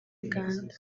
uganda